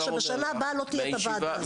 כדי שבשנה הבאה לא נחזור על הדבר הזה.